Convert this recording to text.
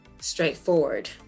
straightforward